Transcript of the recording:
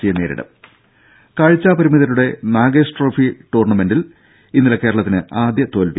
C യെ നേരിടും രുര കാഴ്ചപരിമിതരുടെ നാഗേഷ് ട്രോഫി ടൂർണമെന്റിൽ ഇന്നലെ കേരളത്തിന് ആദ്യ തോൽവി